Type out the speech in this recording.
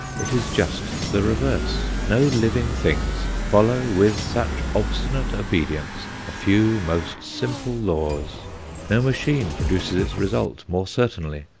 it is just the reverse. no living things follow with such obstinate obedience a few most simple laws no machine produces its result more certainly,